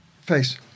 face